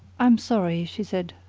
i'm sorry, she said,